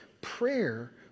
Prayer